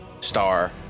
Star